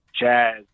jazz